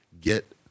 get